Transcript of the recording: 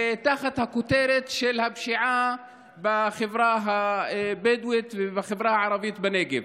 תחת הכותרת של הפשיעה בחברה הבדואית ובחברה הערבית בנגב.